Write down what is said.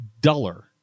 duller